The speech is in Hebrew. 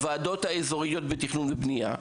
לוועדות האזוריות של תכנון ובנייה,